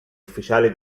ufficiali